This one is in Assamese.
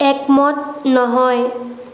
একমত নহয়